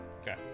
okay